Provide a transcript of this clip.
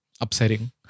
Upsetting